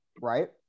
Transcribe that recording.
Right